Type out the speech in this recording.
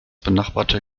benachbarte